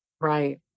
Right